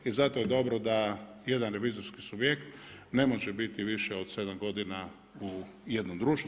I zato je dobro da jedan revizorski subjekt ne može biti više od 7 godina u jednom društvu.